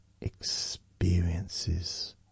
experiences